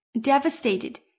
devastated